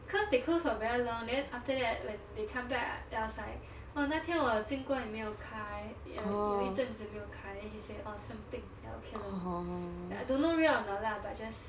cause they closed for very long then after that when they come back then I was like oh 那天我经过你没有开有有一阵子没有开 then he say orh 生病 then okay lor but I don't know real or not lah but just